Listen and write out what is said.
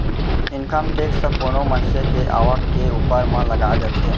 income tax कोनो मनसे के आवक के ऊपर म लगाए जाथे